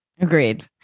Agreed